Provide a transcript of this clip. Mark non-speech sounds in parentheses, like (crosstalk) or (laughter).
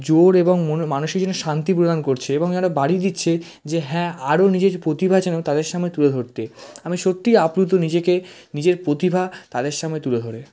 জোর এবং মনো (unintelligible) মানসিক যেন শান্তি প্রদান করছে এবং যেন বাড়িয়ে দিচ্ছে যে হ্যাঁ আরও নিজের প্রতিভা যেন তাদের সামনে তুলে ধরতে আমি সত্যিই আপ্লুত নিজেকে নিজের প্রতিভা তাদের সামনে তুলে ধরে